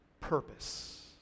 purpose